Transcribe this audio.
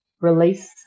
release